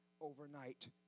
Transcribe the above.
overnight